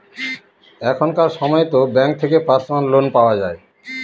এখনকার সময়তো ব্যাঙ্ক থেকে পার্সোনাল লোন পাওয়া যায়